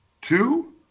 two